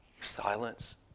silence